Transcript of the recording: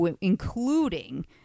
including